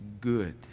good